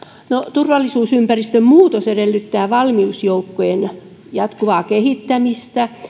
turvallisuusympäristön muutos edellyttää valmiusjoukkojen jatkuvaa kehittämistä